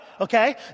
okay